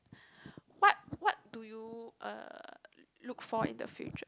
what what do you uh look for in the future